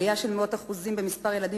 ועל עלייה של מאות אחוזים במספר הילדים